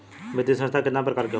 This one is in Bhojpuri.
वित्तीय संस्था कितना प्रकार क होला?